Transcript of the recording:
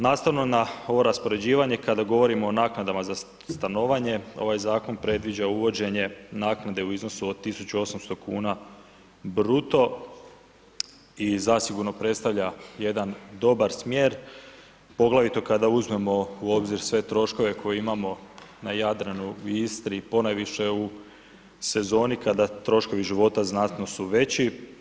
Nastavno na ovo raspoređivanje, kada govorimo o naknadama za stanovanje ovaj zakon predviđa uvođenje naknade u iznosu od 1.800 kuna bruto i zasigurno predstavlja jedan dobar smjer, poglavito kada uzmemo u obzir sve troškove koje imamo na Jadranu, u Istri ponajviše u sezoni kada troškovi života znatno su veći.